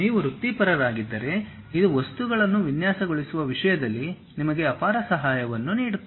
ನೀವು ವೃತ್ತಿಪರರಾಗಿದ್ದರೆ ಇದು ವಸ್ತುಗಳನ್ನು ವಿನ್ಯಾಸಗೊಳಿಸುವ ವಿಷಯದಲ್ಲಿ ನಿಮಗೆ ಅಪಾರ ಸಹಾಯವನ್ನು ನೀಡುತ್ತದೆ